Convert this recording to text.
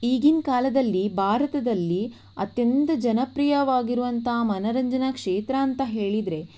ಈಗಿನ ಕಾಲದಲ್ಲಿ ಭಾರತದಲ್ಲಿ ಅತ್ಯಂತ ಜನಪ್ರಿಯವಾಗಿರುವಂಥ ಮನೋರಂಜನಾ ಕ್ಷೇತ್ರ ಅಂತ ಹೇಳಿದರೆ